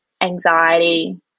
anxiety